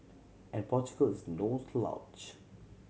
and Portugal is no slouch